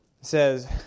says